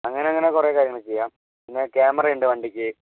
അങ്ങനെ അങ്ങനെ കുറേ കാര്യങ്ങൾ ചെയ്യാം പിന്നെ ക്യമാറേ ഉണ്ട് വണ്ടിക്ക്